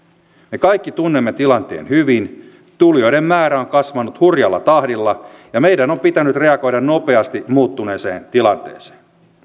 me kaikki tunnemme tilanteen hyvin tulijoiden määrä on kasvanut hurjalla tahdilla ja meidän on pitänyt reagoida nopeasti muuttuneeseen tilanteeseen